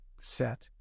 set